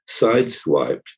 sideswiped